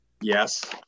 Yes